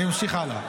אני ממשיך הלאה.